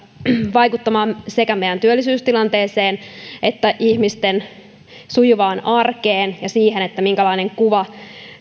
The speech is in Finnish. vaikuttamaan sekä meidän työllisyystilanteeseemme että ihmisten sujuvaan arkeen ja siihen minkälainen kuva